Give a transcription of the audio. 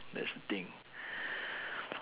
that's the thing